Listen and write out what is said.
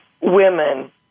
women